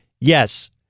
yes